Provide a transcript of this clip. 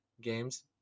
games